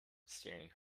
scaring